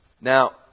Now